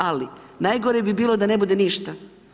Ali najgore bi bilo da ne bude ništa.